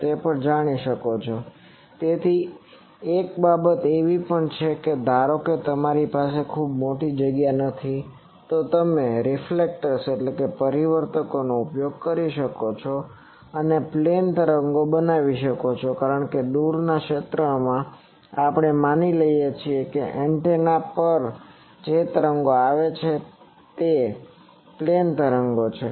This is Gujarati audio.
તેથી એક બાબત એવી પણ છે કે ધારો કે તમારી પાસે ખૂબ મોટી જગ્યા નથી તો તમે રીફ્લેકટર્સ પરાવર્તકો reflectors નો ઉપયોગ કરી શકો છો અને પ્લેન તરંગો બનાવી શકો છો કારણ કે દૂરના ક્ષેત્રમાં આપણે માની લઈએ છીએ કે એન્ટેના પર જે તરંગો આવે છે તે પ્લેન તરંગો છે